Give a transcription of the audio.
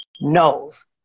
knows